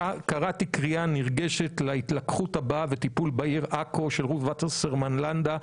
קראתי קריאה נרגשת להתלקחות הבאה וטיפול בעיר עכו של רות וסרמן לנדא,